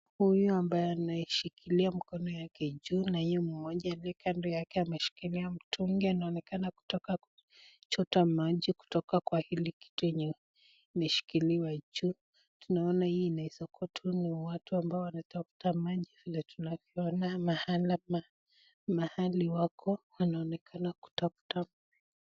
Huyu ambaye anayeshikilia mkono yake juu na huyu mmoja aliye kando yake ameshikilia mtungi anaonekana kutoka kuchota maji kutoka kwa hili kitu yenye inashikiliwa juu. Tunaona hii inaweza kuwa tu ni watu ambao wanatafuta maji vile tunavyoona mahala mahali wako wanaonekana kutafuta